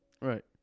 Right